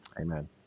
Amen